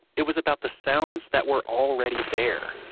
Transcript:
it was about the sounds that were already there,